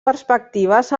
perspectives